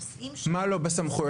מה לא בסמכויות?